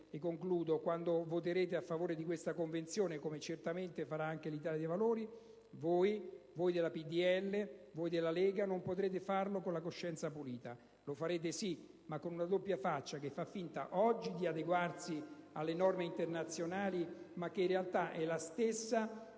colleghi, quando voterete a favore di questa Convenzione, come certamente farà anche l'Italia dei Valori, voi, voi del PdL, voi della Lega, non potrete farlo con la coscienza pulita. Lo farete sì, ma con una doppia faccia, che fa finta oggi di adeguarsi alle norme internazionali ma che, in realtà, è la stessa